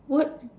what